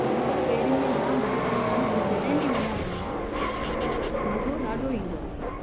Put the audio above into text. अॼुकल्ह ॿेड़ियुनि में जाम घटि था वञू पर जॾहिं बि वेंदा आहियूं न त मज़ो ॾाढो ईंदो आहे